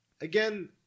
Again